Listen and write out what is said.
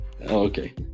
Okay